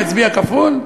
יצביע כפול?